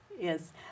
Yes